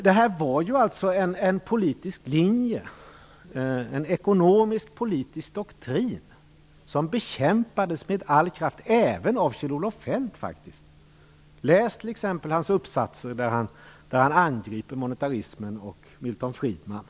Det var en politisk linje, en ekonomisk politisk doktrin som bekämpades med all kraft, även av Kjell Olof Feldt. Läs t.ex. hans uppsatser från början av 1980-talet, där han angriper monetärismen och Milton Friedman.